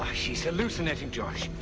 she's hallucinating, josh.